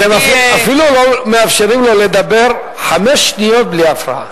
אתם אפילו לא מאפשרים לו לדבר חמש שניות בלי הפרעה.